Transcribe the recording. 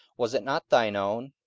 was it not thine own?